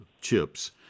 chips